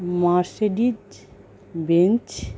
Mercedes Benz